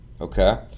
okay